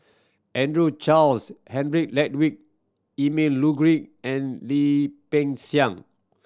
Andrew Charles Henry Ludwig Emil and Lim Peng Siang